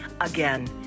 Again